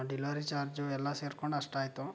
delivery charge ಎಲ್ಲ ಸೇರ್ಕೊಂಡು ಅಷ್ಟು ಆಯಿತು